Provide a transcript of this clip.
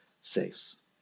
saves